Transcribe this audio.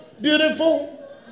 beautiful